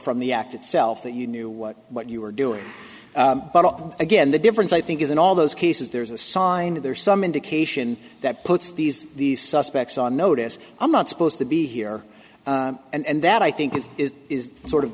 from the act itself that you knew what what you were doing but again the difference i think is in all those cases there is a sign that there is some indication that puts these these suspects on notice i'm not supposed to be here and that i think is is is sort of